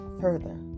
further